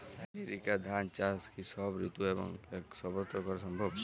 NERICA ধান চাষ কি সব ঋতু এবং সবত্র করা সম্ভব?